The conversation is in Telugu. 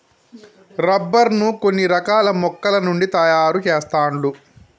రబ్బర్ ను కొన్ని రకాల మొక్కల నుండి తాయారు చెస్తాండ్లు